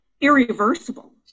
irreversible